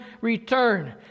return